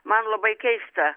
man labai keista